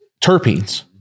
terpenes